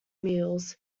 meals